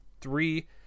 three